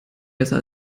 besser